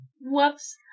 Whoops